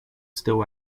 still